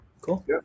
cool